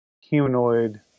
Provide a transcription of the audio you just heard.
humanoid